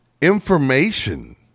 information